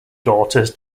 daughters